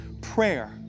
Prayer